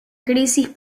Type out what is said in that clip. crisis